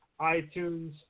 iTunes